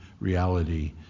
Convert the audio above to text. reality